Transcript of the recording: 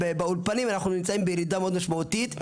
אנחנו נמצאים בירידה משמעותית.